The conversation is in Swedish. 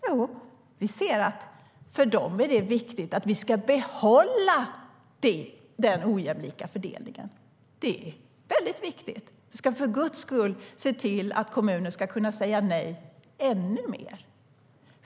Jo, vi ser att för dem är det viktigt att vi ska behålla den ojämlika fördelningen. Det är väldigt viktigt. Vi ska för Guds skull se till att kommuner ska kunna säga nej ännu mer.